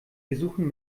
besuchen